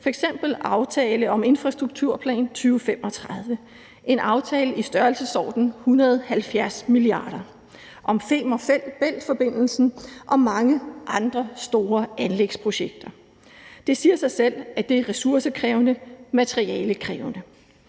f.eks. aftale om infrastrukturplan 2035, en aftale i størrelsesordenen 170 mia. kr., og der er Femern Bælt-forbindelsen og mange andre store anlægsprojekter. Det siger sig selv, at det er ressourcekrævende, materialekrævende.